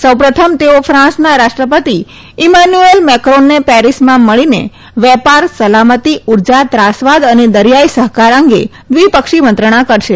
સૌપ્રથમ તેઓ ફાન્સના રાષ્ટ્રપતિ ઈમાનુએલ મેક્રોનને પેરિસમાં મળીને વેપાર સલામતિ ઉર્જા ત્રાસવાદ અને દરિયાઈ સહકાર અંગે દ્વિપક્ષી મંત્રણા કરશે